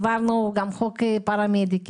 העברנו גם חוק פרמדיקים.